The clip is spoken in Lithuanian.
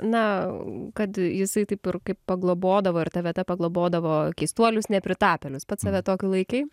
na kad jisai taip ir kaip paglobodavo ir ta vieta paglobodavo keistuolius nepritapėlius pats save tokiu laikei